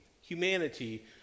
humanity